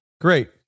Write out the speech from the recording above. great